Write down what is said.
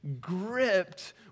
gripped